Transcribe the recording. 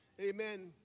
Amen